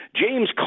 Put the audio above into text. James